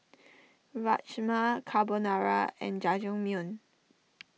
Rajma Carbonara and Jajangmyeon